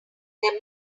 there